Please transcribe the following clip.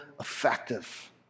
effective